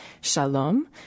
Shalom